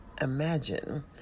imagine